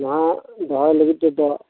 ᱱᱚᱶᱟ ᱫᱚᱦᱚᱭ ᱞᱟᱹᱜᱤᱫ ᱛᱮᱫᱚ